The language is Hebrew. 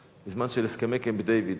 בזמן של הסכמי קמפ-דייוויד,